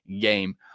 game